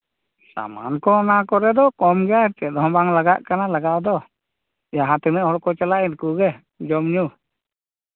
ᱥᱟᱢᱟᱱ ᱠᱚ ᱚᱱᱟ ᱠᱚᱨᱮ ᱫᱚ ᱠᱚᱢ ᱜᱮᱭᱟ ᱪᱮᱫ ᱦᱚᱸ ᱵᱟᱝ ᱞᱟᱜᱟᱜ ᱠᱟᱱᱟ ᱞᱟᱜᱟᱣ ᱫᱚ ᱡᱟᱦᱟᱸ ᱛᱤᱱᱟᱹᱜ ᱦᱚᱲ ᱠᱚ ᱪᱟᱞᱟᱜᱼᱟ ᱩᱱᱠᱩ ᱜᱮ ᱡᱚᱢ ᱧᱩ